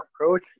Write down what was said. approach